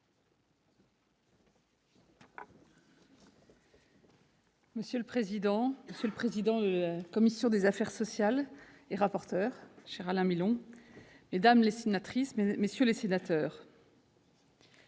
monsieur le président de la commission des affaires sociales et rapporteur, cher Alain Milon, mesdames, messieurs les sénateurs,